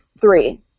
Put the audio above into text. three